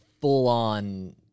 full-on